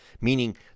meaning